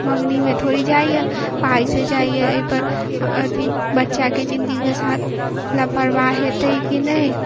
मङ्गनीमे थोड़े ही जाइए पाइसँ जाइए एहिपर अथी बच्चाके जिन्दगीके साथ लापरवाह हेतै कि नहि